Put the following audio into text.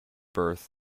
birth